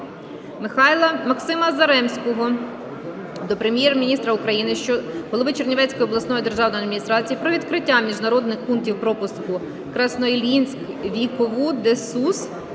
області. Максима Заремського до Прем'єр-міністра України, голови Чернівецької обласної державної адміністрації про відкриття міжнародних пунктів пропуску "Красноїльськ-Вікову-де-Сус"